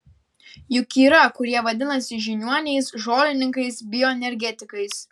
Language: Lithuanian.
juk yra kurie vadinasi žiniuoniais žolininkais bioenergetikais